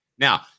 Now